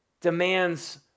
demands